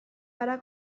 gara